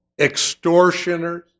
extortioners